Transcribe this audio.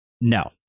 No